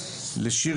לשיר